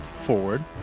forward